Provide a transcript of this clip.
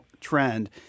trend